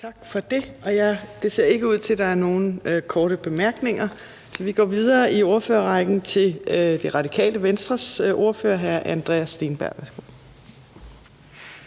Tak for det. Det ser ikke ud til, at der er nogen korte bemærkninger, så vi går videre i ordførerrækken til Det Radikale Venstres ordfører, hr. Andreas Steenberg.